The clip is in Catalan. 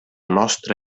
nostra